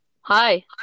Hi